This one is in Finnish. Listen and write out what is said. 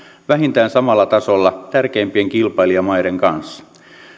vähintään samalla tasolla tärkeimpien kilpailijamaiden kanssa